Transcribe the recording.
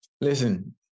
Listen